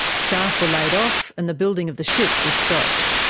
staff were laid off, and the building of the ship was stopped.